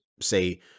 say